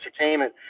entertainment